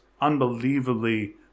unbelievably